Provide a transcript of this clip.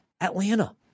Atlanta